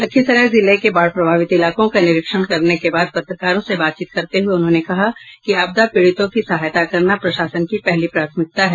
लखीसराय जिले के बाढ़ प्रभावित इलाकों का निरीक्षण करने के बाद पत्रकारों से बातचीत करते हुये उन्होंने कहा कि आपदा पीड़ितों की सहायता करना प्रशासन की पहली प्राथमिकता है